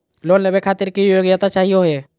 Loan लेवे खातीर की योग्यता चाहियो हे?